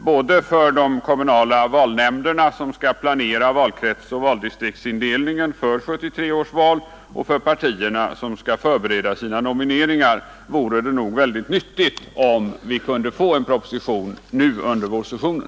Både för de kommunala valnämnderna som skall planera valkretsoch valdistriktsindelningen inför 1973 års val och för partierna som skall förbereda sina nomineringar vore det nyttigt att få en proposition redan under vårsessionen.